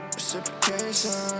Reciprocation